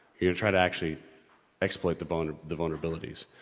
you gonna try to actually exploit the vuln, the vulnerabilities.